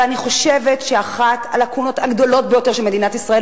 אבל אני חושבת שאחת הלקונות הגדולות ביותר של מדינת ישראל,